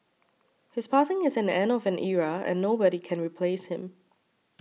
his passing is an end of an era and nobody can replace him